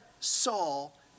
Saul